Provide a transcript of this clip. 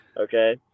okay